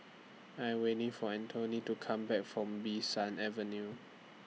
I Am waiting For Antonette to Come Back from Bee San Avenue